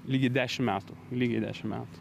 lygiai dešim metų lygiai dešim metų